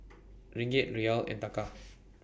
Ringgit Riyal and Taka